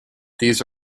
these